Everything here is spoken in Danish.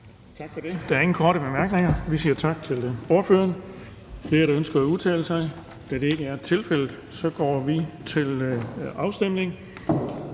Tak for det. Der er ingen korte bemærkninger. Vi siger tak til ordføreren. Er der flere, der ønsker at udtale sig? Da det ikke er tilfældet, går vi til afstemning.